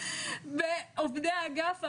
עובדי האגף,